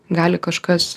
gali kažkas